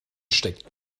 steckt